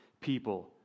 people